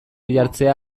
jartzea